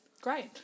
Great